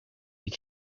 you